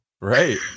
right